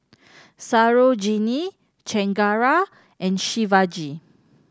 Sarojini Chengara and Shivaji